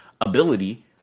ability